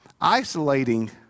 isolating